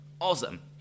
Awesome